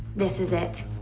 this is it.